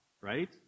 right